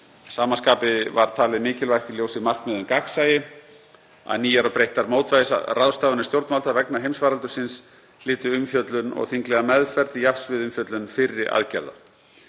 sama skapi var talið mikilvægt, í ljósi markmiða um gagnsæi, að nýjar og breyttar mótvægisráðstafanir stjórnvalda vegna heimsfaraldursins hlytu umfjöllun og þinglega meðferð til jafns við umfjöllun fyrri aðgerða